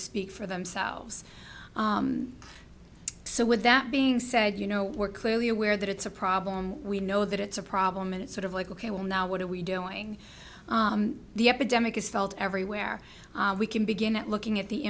speak for themselves so with that being said you know we're clearly aware that it's a problem we know that it's a problem and it's sort of like ok well now what are we doing the epidemic is felt everywhere we can begin looking at the